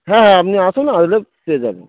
হ্যাঁ হ্যাঁ আপনি আসুন আসলে পেয়ে যাবেন